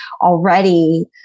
already